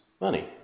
money